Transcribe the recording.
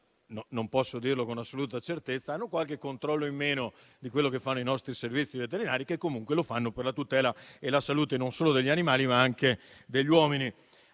non posso dirlo con assoluta certezza, fanno qualche controllo in meno di quello che fanno i nostri servizi veterinari che comunque lo fanno per la tutela e la salute non solo degli animali, ma anche degli uomini.